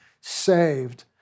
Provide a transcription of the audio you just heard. saved